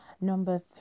Number